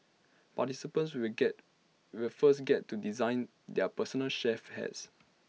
participants will get will first get to design their personal chef hats